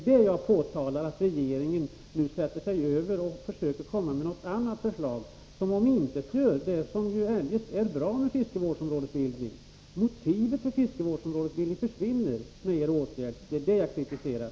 Det jag påtalar är att regeringen nu sätter sig över detta och försöker få igenom ett annat förslag, som omintetgör det som eljest är bra med fiskevårdsområdesbildning. Motivet för denna försvinner med er åtgärd. Det är detta jag kritiserar.